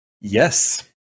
Yes